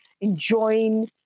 enjoying